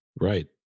right